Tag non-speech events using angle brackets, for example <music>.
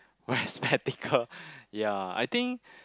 wear spectacle <laughs> ya I think